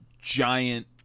giant